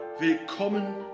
Willkommen